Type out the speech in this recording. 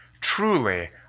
truly